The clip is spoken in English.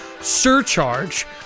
surcharge